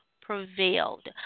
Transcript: prevailed